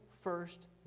first